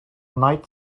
night